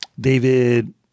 David